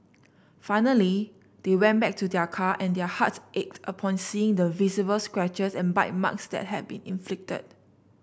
finally they went back to their car and their hearts ached upon seeing the visible scratches and bite marks that had been inflicted